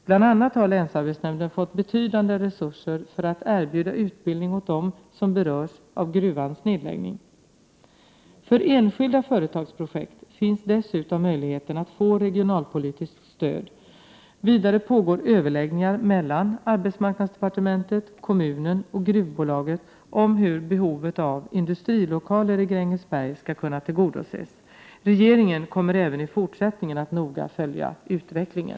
Bl.a. har länsarbetsnämnden fått betydande resurser för att erbjuda utbildning åt dem som berörs av gruvans nedläggning. För enskilda företagsprojekt finns dessutom möjligheten att få regionalpolitiskt stöd. Vidare pågår överläggningar mellan arbetsmarknadsdepartementet, kommunen och gruvbolaget om hur behovet av industrilokaler i Grängesberg skall kunna tillgodoses. Regeringen kommer även i fortsättningen att noga följa utvecklingen.